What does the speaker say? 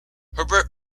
herbert